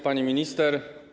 Pani Minister!